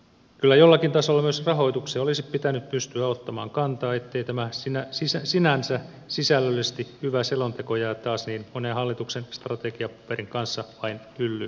kyllä jollakin tasolla myös rahoitukseen olisi pitänyt pystyä ottamaan kantaa jottei tämä sinänsä sisällöllisesti hyvä selonteko jää taas niin monen hallituksen strategiapaperin kanssa vain hyllyyn pölyttymään